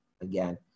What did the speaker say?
again